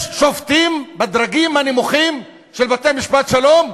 יש שופטים בדרגים הנמוכים של בתי-משפט שלום,